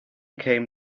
came